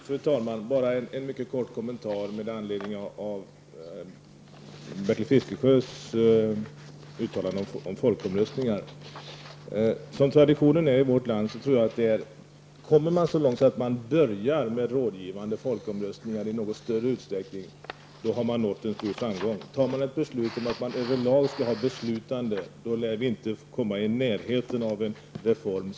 Fru talman! Bara en mycket kort kommentar med anledning av Bertil Fiskesjös uttalande om folkomröstningar. Traditionen i vårt land är sådan att jag tror att om man börjar med rådgivande folkomröstningar i något större utsträckning än hittills har man nått en viss framgång. Kommer det däremot ett förslag om att folkomröstningarna över lag skall vara beslutande, lär vi inte komma i närheten av en reform.